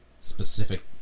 Specific